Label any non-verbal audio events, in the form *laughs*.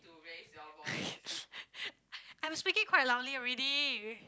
*laughs* I'm speaking quite loudly already